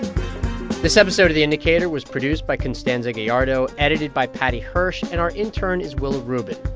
this episode of the indicator was produced by constanza gallardo, edited by paddy hirsch. and our intern is willa rubin.